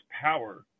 power